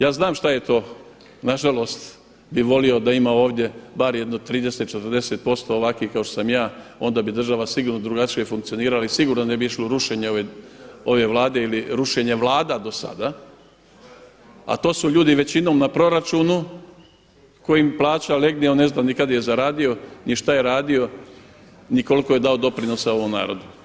Ja znam šta je to na žalost bih volio da ima ovdje bar jedno 30, 40% ovakvih kao što sam ja, onda bi država sigurno drugačije funkcionirala i sigurno ne bi išli u rušenje ove Vlade ili rušenje Vlada do sada, a to su ljudi većinom na proračunu koji plaća im legne on ne zna ni kad je zaradio, ni šta je radio, ni koliko je dao doprinosa ovom narodu.